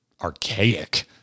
archaic